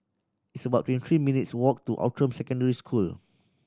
it's about twenty three minutes' walk to Outram Secondary School